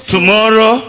Tomorrow